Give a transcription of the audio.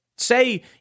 Say